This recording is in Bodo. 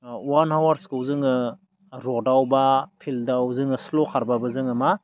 अवान आवार्सखौ जोङो रडआव बा फिल्डआव जोङो स्ल' खारब्लाबो जोङो मा